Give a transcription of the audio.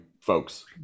folks